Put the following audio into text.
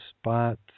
spot